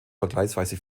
vergleichsweise